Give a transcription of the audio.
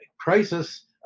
crisis